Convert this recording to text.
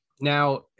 now